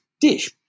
dish